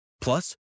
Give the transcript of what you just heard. Plus